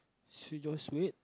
should we just switch